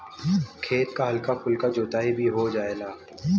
खेत क हल्का फुल्का जोताई भी हो जायेला